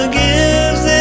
gives